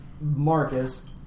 Marcus